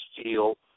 Steel